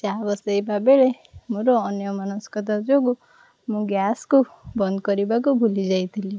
ଚାହା ବସେଇବା ବେଳେ ମୋର ଅନ୍ୟମନସ୍କତା ଯୋଗୁଁ ମୁଁ ଗ୍ୟାସକୁ ବନ୍ଦ କରିବାକୁ ଭୁଲିଯାଇଥିଲି